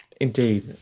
indeed